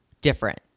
different